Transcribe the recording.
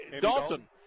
Dalton